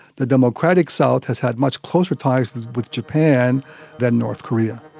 the democratic south has had much closer ties with japan than north korea.